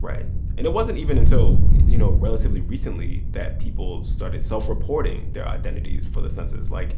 right. and it wasn't even until, you know, relatively recently that people started self-reporting their identities for the census. like,